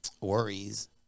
worries